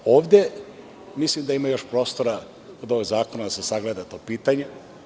Ovde mislim, da ima još prostora kod ovih zakona da se sagleda to pitanje.